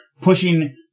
pushing